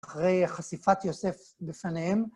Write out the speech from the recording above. אחרי חשיפת יוסף בפניהם.